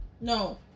no